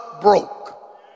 broke